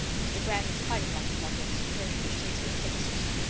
mr. grant is quite as much in love with gertrude as she is with him, susan.